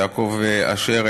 יעקב אשר,